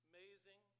Amazing